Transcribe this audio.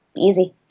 easy